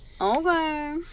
Okay